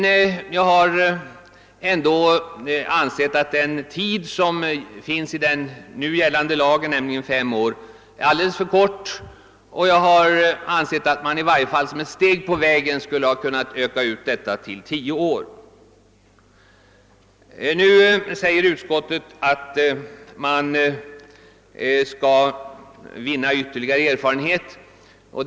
Jag har ändå ansett att de fem år som fastställts i nu gällande lag är en alldeles för kort tidrymd, och jag har ansett att man i varje fall som ett steg på vägen skulle kunna utöka denna till tio år. Utskottet anser inte något initiativ påkallat »innan ytterligare erfarenhet vunnits».